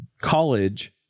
college